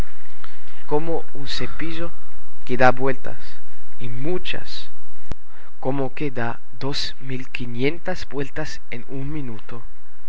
como un cepillo que da vueltas y muchas como que da dos mil quinientas vueltas en un minuto